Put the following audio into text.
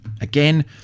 again